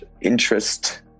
interest